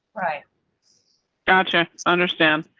right gotcha. understand.